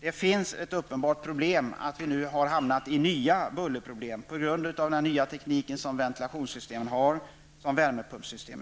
Det finns ett uppenbart problem där. Vi har fått nya bullerproblem på grund av den nya teknik som används i ventilationssystem och värmepumpssystem.